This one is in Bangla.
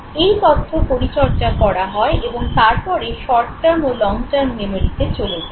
এই তথ্য পরিচর্যা করা হয় এবং তারপরে শর্ট টার্ম ও লং টার্ম মেমোরিতে চলে যায়